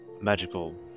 magical